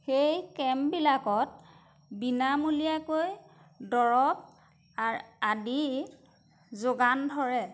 সেই কেম্পবিলাকত বিনামূলীয়াকৈ দৰৱ আৰ আদি যোগান ধৰে